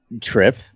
trip